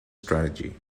strategy